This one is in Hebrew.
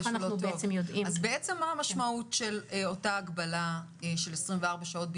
מה המשמעות של בידוד ל-24?